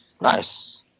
nice